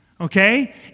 okay